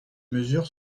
mesures